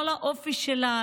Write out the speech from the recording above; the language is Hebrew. לא לאופי שלה,